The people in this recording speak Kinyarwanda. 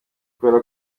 kubera